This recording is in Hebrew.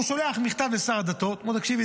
הוא שולח מכתב לשר הדתות: תקשיב,